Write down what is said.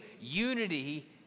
unity